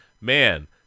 man